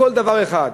הכול דבר אחד.